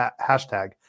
hashtag